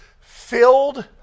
filled